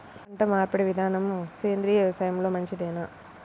పంటమార్పిడి విధానము సేంద్రియ వ్యవసాయంలో మంచిదేనా?